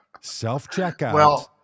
self-checkout